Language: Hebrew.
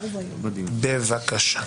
בבקשה.